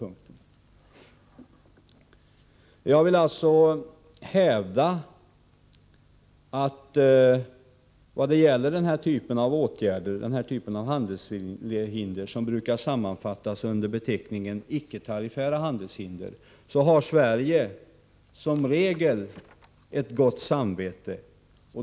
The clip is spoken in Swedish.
Jag vill alltså hävda att vad gäller den typ av handelshinder som brukar sammanfattas under beteckningen icke-tariffära handelshinder har Sverige som regel ett gott samvete.